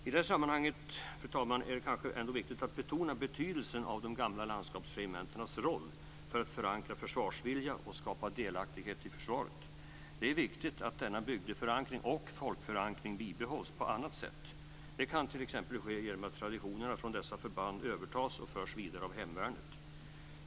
I det här sammanhanget, fru talman, är det kanske ändå viktigt att betona betydelsen av de gamla landskapsregementenas roll för att förankra försvarsviljan och skapa delaktighet i försvaret. Det är viktigt att denna bygdeförankring och folkförankring bibehålls på annat sätt. Det kan t.ex. ske genom att traditionerna från dessa förband övertas och förs vidare av hemvärnet.